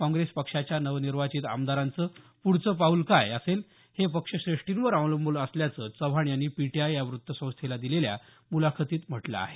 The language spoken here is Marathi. काँप्रेस पक्षाच्या नवनिर्वाचित आमदारांचं पुढचं पाऊल काय असेल हे पक्षश्रेष्ठींवर अवलंबून असल्याचं चव्हाण यांनी पीटीआय या व्त्तसंस्थेला दिलेल्या मुलाखतीत म्हटलं आहे